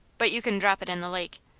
but you can drop it in the lake.